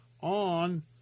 on